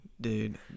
Dude